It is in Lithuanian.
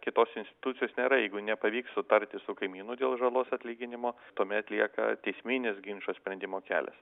kitos institucijos nėra jeigu nepavyks sutarti su kaimynu dėl žalos atlyginimo tuomet lieka teisminis ginčo sprendimo kelias